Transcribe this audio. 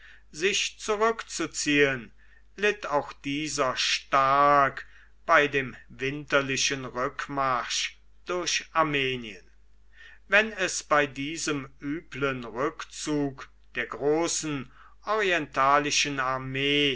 sich zurückzuziehen litt auch dieser stark bei dem winterlichen rückmarsch durch armenien wenn es bei diesem üblen rückzug der großen orientalischen armee